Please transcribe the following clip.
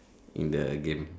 in the game